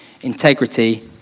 integrity